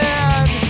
end